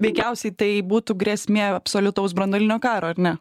veikiausiai tai būtų grėsmė absoliutaus branduolinio karo ar ne